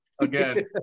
again